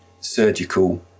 surgical